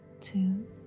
two